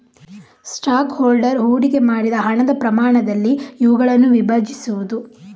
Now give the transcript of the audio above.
stock holder ಹೂಡಿಕೆ ಮಾಡಿದ ಹಣದ ಪ್ರಮಾಣದಲ್ಲಿ ಇವುಗಳನ್ನು ವಿಭಜಿಸುವುದು